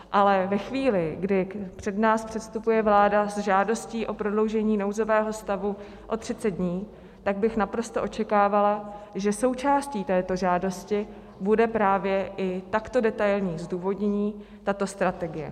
Ale ve chvíli, kdy před nás předstupuje vláda s žádostí o prodloužení nouzového stavu o 30 dní, tak bych naprosto očekávala, že součástí této žádosti bude právě i takto detailní zdůvodnění, tato strategie.